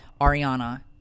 Ariana